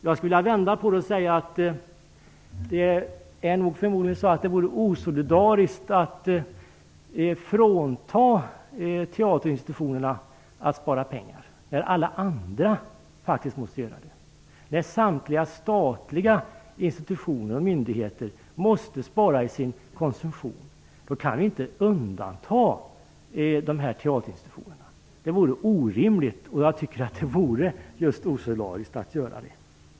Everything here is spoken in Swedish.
Jag skulle vilja vända på det och säga att det förmodligen vore osolidariskt att frånta teaterinstitutionerna ett sparande när alla andra måste spara. Alla andra statliga institutioner och myndigheter måste ju spara i sin konsumtion. Vi kan då inte undanta teaterinstitutionerna. Det vore orimligt och just osolidariskt.